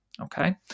Okay